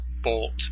bolt